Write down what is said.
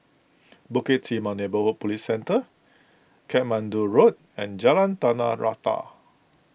Bukit Timah Neighbourhood Police Centre Katmandu Road and Jalan Tanah Rata